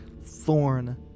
thorn